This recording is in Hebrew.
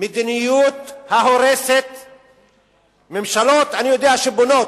אני יודע שממשלות בונות,